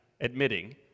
admitting